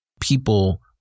people